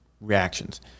reactions